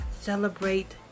celebrate